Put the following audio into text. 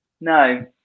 No